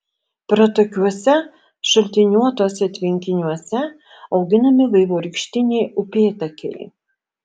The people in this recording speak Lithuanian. pratakiuose šaltiniuotuose tvenkiniuose auginami vaivorykštiniai upėtakiai